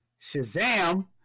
Shazam